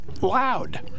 loud